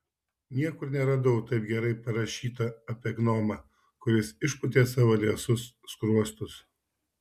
niekur neradau taip gerai parašyta apie gnomą kuris išpūtė savo liesus skruostus